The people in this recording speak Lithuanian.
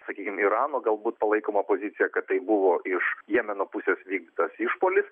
sakykim irano galbūt palaikoma pozicija kad tai buvo iš jemeno pusės vykdytas išpuolis